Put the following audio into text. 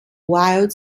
wild